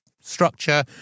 structure